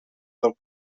del